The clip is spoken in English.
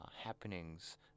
happenings